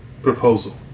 proposal